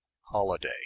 holiday